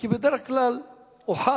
כי בדרך כלל הוכח